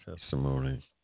testimony